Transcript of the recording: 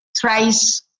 thrice